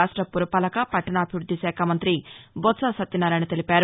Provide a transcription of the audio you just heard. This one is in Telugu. రాష్ట్ర పురపాలక పట్టణాభివృద్ది శాఖ మంతి బొత్సా సత్యన్నారాయణ తెలిపారు